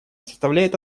составляет